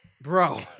bro